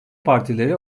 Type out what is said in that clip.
partileri